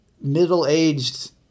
middle-aged